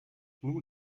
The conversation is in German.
nun